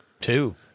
Two